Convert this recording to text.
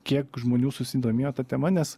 kiek žmonių susidomėjo ta tema nes